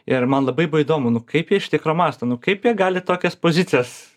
ir man labai buvo įdomu nu kaip jie iš tikro mąstom nu kaip jie gali tokias pozicijas